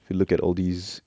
if you look at all these